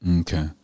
Okay